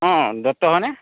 অ' দত্ত হয়নে